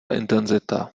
intenzita